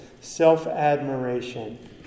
self-admiration